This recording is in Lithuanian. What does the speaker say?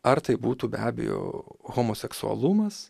ar tai būtų be abejo homoseksualumas